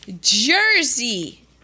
Jersey